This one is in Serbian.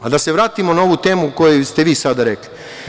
Da se vratimo na ovu temu koju ste vi sada rekli.